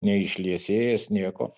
neišliesėjęs nieko